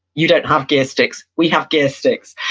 you don't have gear sticks, we have gear sticks,